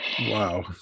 Wow